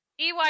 EY